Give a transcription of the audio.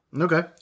Okay